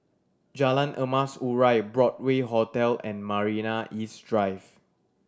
Jalan Emas Urai Broadway Hotel and Marina East Drive